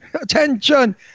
Attention